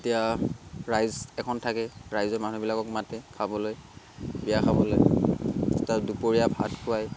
এতিয়া ৰাইজ এখন থাকে ৰাইজৰ মানুহবিলাকক মাতে খাবলৈ বিয়া খাবলৈ তাত দুপৰীয়া ভাত খুৱায়